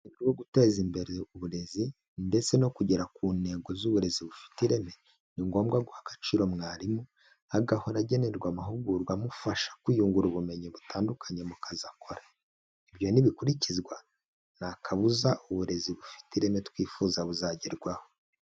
Mu rwego rwo guteza imbere uburezi ndetse no kugera ku ntego z'uburezi bufite ireme ni ngombwa guha agaciro mwarimu, agahora agenerwa amahugurwa amufasha kwiyungura ubumenyi butandukanye mu kazi akora. Ibyo nibikurikizwa nta kabuza uburezi bufite ireme twifuza buzagerwaho.